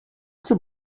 too